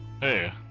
Hey